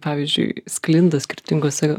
pavyzdžiui sklinda skirtingose